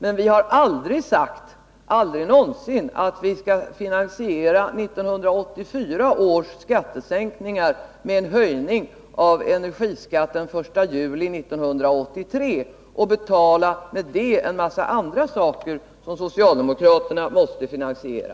Men vi har aldrig sagt — aldrig någonsin — att vi skall finansiera 1984 års skattesänkningar med en höjning av energiskatten den 1 juli 1983 och med detta betala en mängd andra saker som socialdemokraterna måste finansiera.